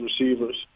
receivers